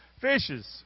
Fishes